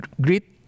Greet